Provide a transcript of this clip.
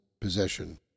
possession